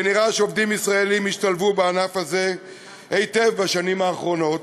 ונראה שעובדים ישראלים השתלבו היטב בענף הזה בשנים האחרונות.